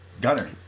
Gunner